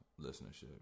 listenership